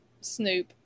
snoop